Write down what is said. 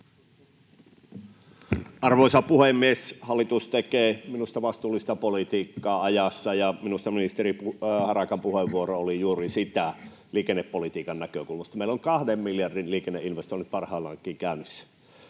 Arvoisa puhemies! Hallitus tekee minusta vastuullista politiikkaa ajassa, ja minusta ministeri Harakan puheenvuoro oli juuri sitä liikennepolitiikan näkökulmasta. Meillä on kahden miljardin liikenneinvestoinnit parhaillaankin käynnissä.